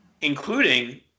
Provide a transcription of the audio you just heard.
including –